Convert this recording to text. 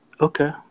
Okay